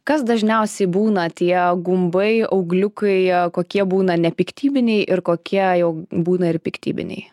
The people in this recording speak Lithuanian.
kas dažniausiai būna tie gumbai augliukai kokie būna nepiktybiniai ir kokie jau būna ir piktybiniai